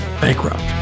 Bankrupt